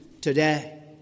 today